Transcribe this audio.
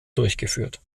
durchgeführt